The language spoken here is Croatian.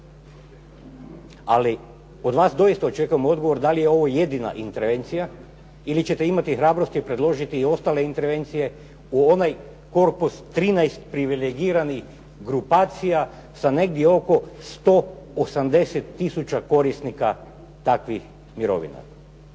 ali od vas doista očekujem odgovor da li je ovo jedina intervencija ili ćete imati hrabrosti predložiti i ostale intervencije u onaj korpus 13 privilegiranih grupacija sa negdje oko 180 tisuća korisnika takvih mirovina.